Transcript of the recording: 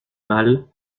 mal